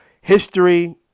History